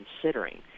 considering